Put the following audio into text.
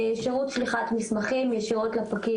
שירות שליחת מסמכים ישירות לפקיד,